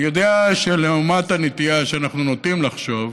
אני יודע שלעומת הנטייה שאנחנו נוטים לחשוב,